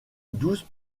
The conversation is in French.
douze